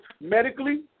medically